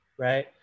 Right